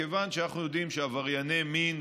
כיוון שאנחנו יודעים שאצל עברייני מין,